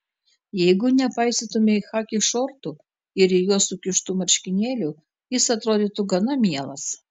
jeigu nepaisytumei chaki šortų ir į juos sukištų marškinėlių jis atrodytų gana mielas